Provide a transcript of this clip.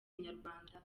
inyarwanda